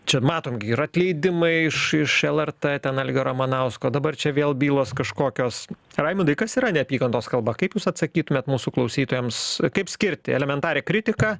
čia matom gi ir atleidimai iš iš lrt ten algio ramanausko dabar čia vėl bylos kažkokios raimundai kas yra neapykantos kalba kaip jūs atsakytumėt mūsų klausytojams kaip skirti elementarią kritiką